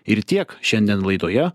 ir tiek šiandien laidoje